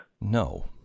No